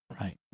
right